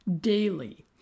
daily